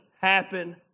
happen